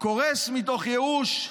קורס מתוך ייאוש,